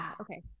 okay